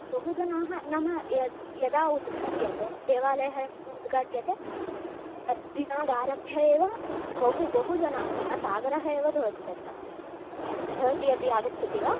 बहुजनाः नाम यद् यदा उद्घाट्यते देवालयः यदा उद्घाट्यते तद्दिनादारभ्य एव बहु बहुजनाः जनसागरः एव भवति तत्र भवती अपि आगच्छति वा